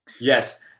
yes